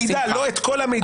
לא את כל המידע.